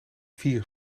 vier